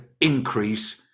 increase